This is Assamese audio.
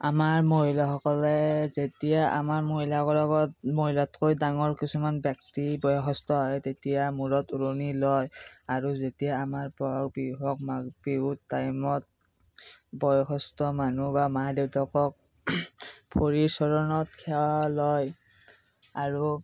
আমাৰ মহিলাসকলে যেতিয়া আমাৰ মহিলাতকৈ ডাঙৰ কিছুমান ব্যক্তি বয়সস্থ আহে তেতিয়া মূৰত ওৰণি লয় আৰু যেতিয়া আমাৰ ব'হাগ বিহু হওক মাঘ বিহুৰ টাইমত বয়সস্থ মানুহ বা মাক দেউতাকক ভৰিৰ চৰণত সেৱা লয় আৰু